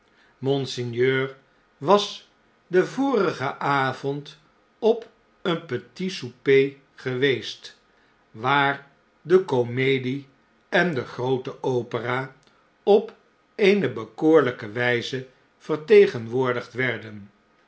was den vorigen avond op een petit souper geweest waar de komedie en de groote opera op eene bekoorlijke wijze vertegenwoordigd werden